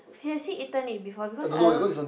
has he eaten it before because I don't